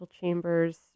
Chambers